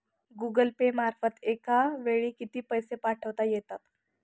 Google pay मार्फत एका वेळी किती पैसे पाठवता येतात?